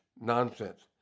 Nonsense